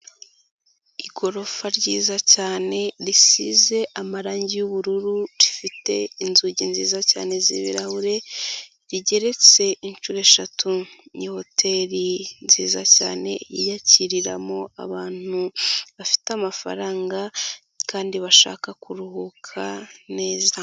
Igorofa ryiza cyane, risize amarangi y'ubururu, rifite inzugi nziza cyane z'ibirahure, rigeretse inshuro eshatu. Ni hotel nziza cyane, yiyakiriramo abantu bafite amafaranga kandi bashaka kuruhuka neza.